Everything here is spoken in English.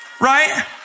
right